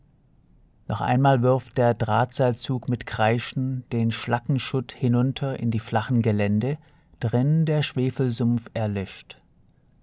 noch einmal wirft der drahtseilzug mit kreischen den schlackenschutt hinunter in die flachen gelände drin der schwefelsumpf erlischt